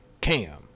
cam